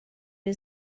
new